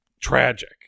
tragic